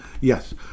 Yes